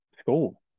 school